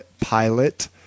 pilot